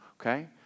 Okay